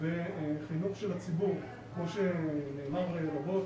וחינוך של הציבור כמו שנאמר רבות,